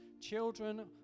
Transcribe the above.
children